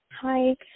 Hi